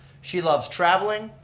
she loves traveling,